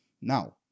now